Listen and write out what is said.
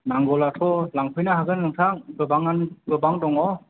नांगौब्लाथ' लांफैनो हागोन नोंथां गोबांआनो गोबां दङ